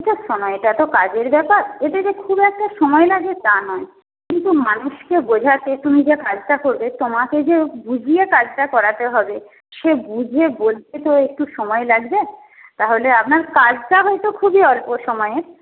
সময়টা তো কাজের ব্যাপার এটাতে খুব একটা সময় লাগে তা নয় কিন্তু মানুষকে বোঝাতে তুমি যে কাজটা করবে তোমাকে যে বুঝিয়ে কাজটা করাতে হবে সে বুঝে বলতে তো একটু সময় লাগবে তাহলে আপনার কাজটা হয়তো খুবই অল্প সময়ের